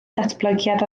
ddatblygiad